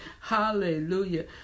Hallelujah